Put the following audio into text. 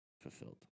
fulfilled